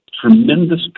tremendous